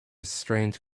strange